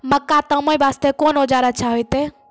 मक्का तामे वास्ते कोंन औजार अच्छा होइतै?